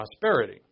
prosperity